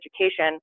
education